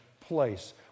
place